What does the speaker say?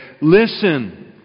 listen